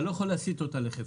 אתה לא יכול להסיט אותה לחיפה?